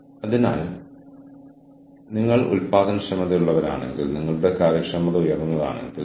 അല്ലെങ്കിൽ മറ്റേതെങ്കിലും പ്രാദേശിക സിനിമാ വ്യവസായം നോക്കാം നിങ്ങൾക്ക് താൽപ്പര്യമുണ്ടെങ്കിൽ എന്തായാലും ഞാൻ അറിയാൻ ആഗ്രഹിക്കുന്നു